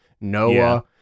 Noah